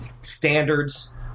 standards